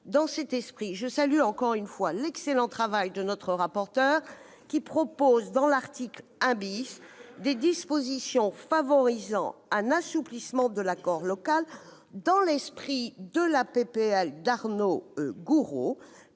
Dans cette perspective, je salue encore une fois l'excellent travail de notre rapporteur, qui propose, à l'article 1 , des dispositions favorisant un assouplissement de l'accord local, dans l'esprit de la proposition